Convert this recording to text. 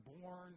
born